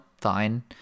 fine